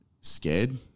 scared